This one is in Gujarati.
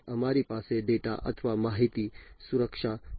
અમારી પાસે ડેટા અથવા માહિતી સુરક્ષા છે